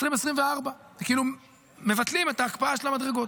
מדד הבסיס של 2024 וכאילו מבטלים את ההקפאה של המדרגות.